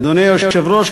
אדוני היושב-ראש,